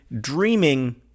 dreaming